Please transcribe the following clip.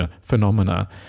phenomena